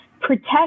protect